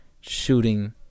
shooting